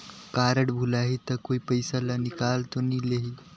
Card भुलाही ता कोई पईसा ला निकाल तो नि लेही?